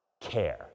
care